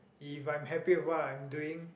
if I'm happy with what I'm doing